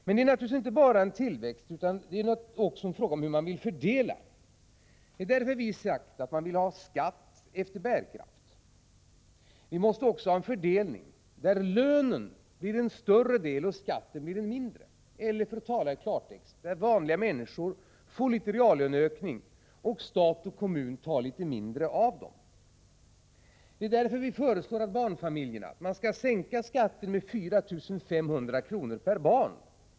Det handlar naturligtvis inte bara om en tillväxt, utan det är också en fråga om hur man vill fördela. Det är därför som vi har sagt att vi vill ha skatt efter bärkraft. Vi måste också ha en fördelning som innebär att lönen blir en större del och skatten blir en mindre del, eller, för att tala i klartext: Vanliga människor får reallöneökningar, och stat och kommun tar litet mindre av dem. Det är därför som vi föreslår att man för barnfamiljerna skall sänka skatten med 4 500 kr. per barn.